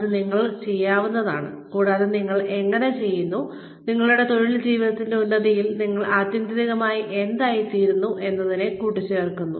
അത് നിങ്ങൾ ചെയ്യുന്നതാണ് കൂടാതെ നിങ്ങൾ എങ്ങനെ ചെയ്യുന്നു നിങ്ങളുടെ തൊഴിൽ ജീവിതത്തിന്റെ ഉന്നതിയിൽ നിങ്ങൾ ആത്യന്തികമായി എന്തായിത്തീരുന്നു എന്നതിനെ കൂട്ടിച്ചേർക്കുന്നു